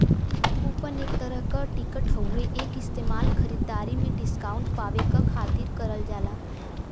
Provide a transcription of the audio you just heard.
coupon एक तरह क टिकट हउवे एक इस्तेमाल खरीदारी में डिस्काउंट पावे क खातिर करल जाला